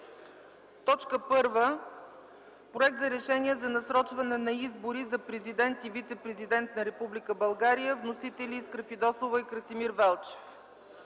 както следва: 1. Проект за Решение за насрочване на избори за президент и вицепрезидент на Република България. Вносители: Искра Фидосова и Красимир Велчев.